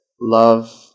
love